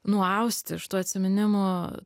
nuausti iš tų atsiminimų